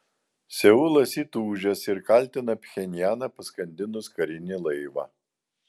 seulas įtūžęs ir kaltina pchenjaną paskandinus karinį laivą